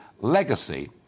legacy